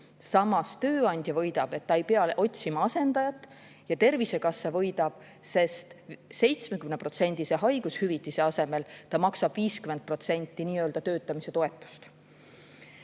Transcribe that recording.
samas tööandja võidab, et ta ei pea otsima asendajat. Ja Tervisekassa võidab, sest 70%-lise haigushüvitise asemel ta maksab 50% nii-öelda töötamise toetust.